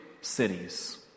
cities